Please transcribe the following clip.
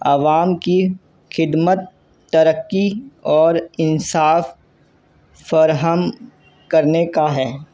عوام کی خدمت ترقی اور انصاف فراہم کرنے کا ہے